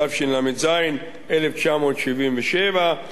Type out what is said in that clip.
התשל"ז 1977,